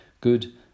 Good